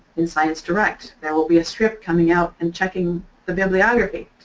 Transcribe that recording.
in sciencedirect. there will be a script coming out and checking the bibliography.